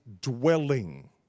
dwelling